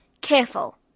Careful